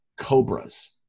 cobras